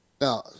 Now